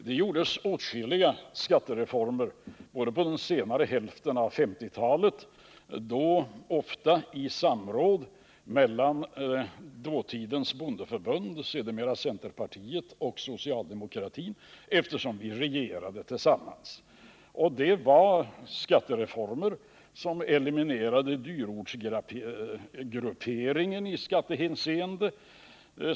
Det gjordes åtskilliga skattereformer under den senare hälften av 1950-talet — ofta i samråd mellan dåtidens bondeförbund, sedermera centerpartiet, och socialdemokratin, eftersom vi regerade tillsammans. Det var skattereformer som eliminerade dyrortsgrupperingen i skattehänseende.